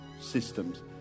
systems